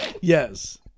Yes